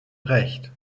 recht